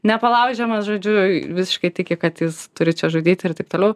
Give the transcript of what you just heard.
nepalaužiamas žodžiu visiškai tiki kad jis turi čia žudyti ir taip toliau